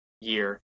year